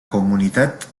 comunitat